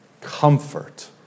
comfort